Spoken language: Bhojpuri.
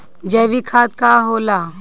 जैवीक खाद का होला?